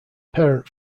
parent